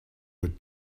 would